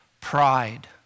Pride